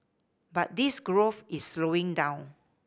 but this growth is slowing down